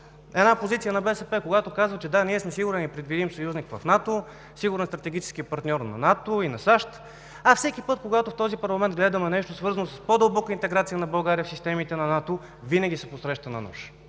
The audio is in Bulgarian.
една позиция на БСП, когато казва, че да, ние сме сигурен и предвидим съюзник в НАТО, сигурен стратегически партньор на НАТО и на САЩ, а всеки път, когато в този парламент гледаме нещо, свързано с по-дълбока интеграция на България в системите на НАТО, винаги се посреща на нож.